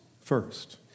first